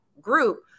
group